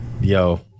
Yo